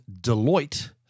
Deloitte –